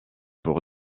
pour